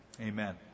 amen